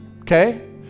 okay